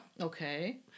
Okay